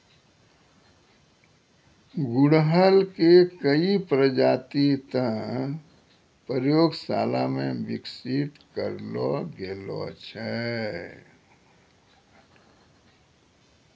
गुड़हल के कई प्रजाति तॅ प्रयोगशाला मॅ विकसित करलो गेलो छै